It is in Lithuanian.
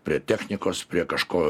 prie technikos prie kažko